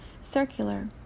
circular